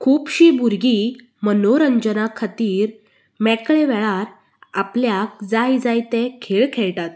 खुबशीं भुरगीं मनोरंजना खातीर मेकळ्या वेळार आपल्याक जाय जाय ते खेळ खेयटात